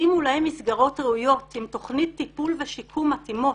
תתאימו להם מסגרות ראויות עם תכנית טיפול ושיקום מתאימות.